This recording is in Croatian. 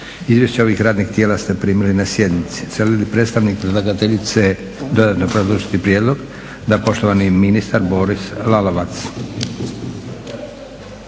Izvješća ovih radnih tijela primili ste na sjednici. Želi li predstavnik predlagateljice dodatno obrazložiti prijedlog? Da. Poštovani ministar Boris Lalovac.